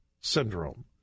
syndrome